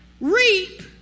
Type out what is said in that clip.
Reap